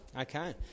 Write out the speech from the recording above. Okay